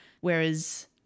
Whereas